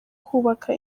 kubaka